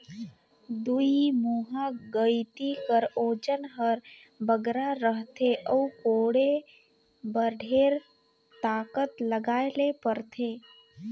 दुईमुहा गइती कर ओजन हर बगरा रहथे अउ कोड़े बर ढेर ताकत लगाए ले परथे